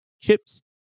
chips